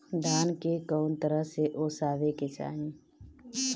धान के कउन तरह से ओसावे के चाही?